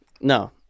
No